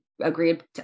agreed